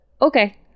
okay